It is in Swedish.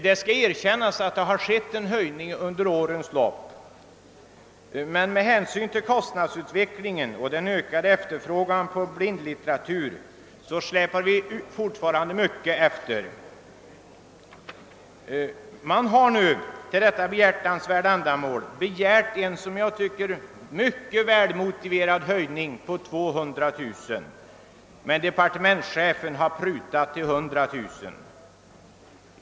Det skall erkännas att det har skett en höjning under årens lopp, men med tanke på kostnadsutvecklingen och den ökade efterfrågan på blindlitteratur släpar vi fortfarande långt efter. För detta behjärtansvärda ändamål har det nu begärts en, som jag tycker, välmotiverad höjning med 200 000 kronor, men departementschefen har prutat till 100 000 kronor.